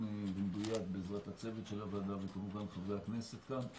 ומדויק בעזרת צוות הוועדה וכמובן חברי הכנסת כאן.